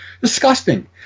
Disgusting